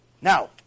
Now